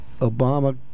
Obama